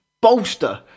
bolster